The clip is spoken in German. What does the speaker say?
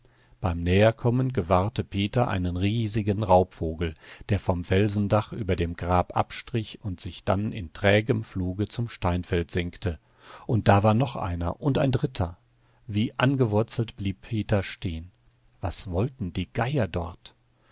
beim näherkommen gewahrte peter einen riesigen raubvogel der vom felsendach über dem grab abstrich und sich dann in trägem fluge zum steinfeld senkte und da war noch einer und ein dritter wie angewurzelt blieb peter stehen was wollten die geier dort